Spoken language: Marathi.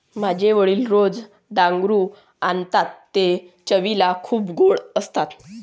माझे वडील रोज डांगरू आणतात ते चवीला खूप गोड असतात